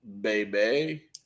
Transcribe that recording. baby